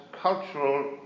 cultural